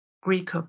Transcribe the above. Greek